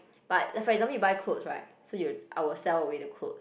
but for example you buy clothes right so you I will sell away the clothes